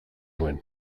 nuen